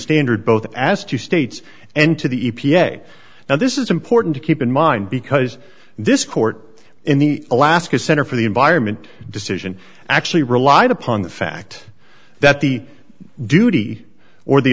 standard both as to states and to the e p a now this is important to keep in mind because this court in the alaska center for the environment decision actually relied upon the fact that the duty or the